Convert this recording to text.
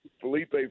Felipe